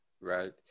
Right